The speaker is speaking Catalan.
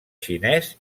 xinès